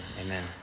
amen